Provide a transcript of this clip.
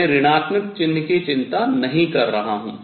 मैं ऋणात्मक चिन्ह की चिंता नहीं कर रहा हूँ